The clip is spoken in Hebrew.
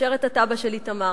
לאשר את התב"ע של איתמר.